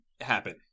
happen